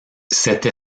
cette